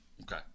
Okay